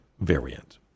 variant